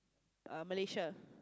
err Malaysia